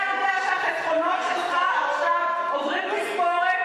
אתה יודע שהחסכונות שלך עכשיו עוברים תספורת